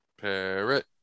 parrot